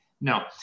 No